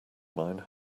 mine